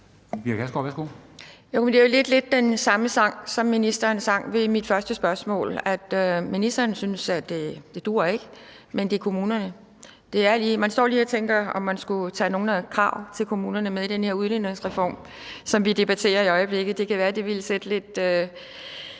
Det er jo lidt den samme sang, som ministeren sang ved mit første spørgsmål. Ministeren synes, at det ikke duer, men det er kommunernes afgørelse. Man står lige og tænker, om man skulle tage nogle krav til kommunerne med i den her udligningsreform, som vi debatterer i øjeblikket. Det kan være, det ville sætte lidt